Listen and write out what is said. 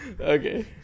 Okay